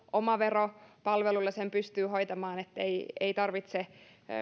tai omavero palvelulla sen pystyy hoitamaan niin ettei tarvitse